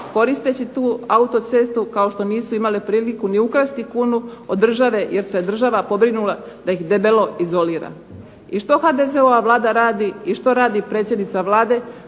koristeći tu autocestu kao što nisu imale priliku ni ukrasti kunu od države, jer se država pobrinula da ih debelo izolira. I što HDZ-ova Vlada radi i što radi predsjednica Vlade